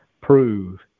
prove